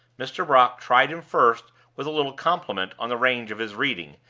mr. brock tried him first with a little compliment on the range of his reading,